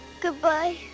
goodbye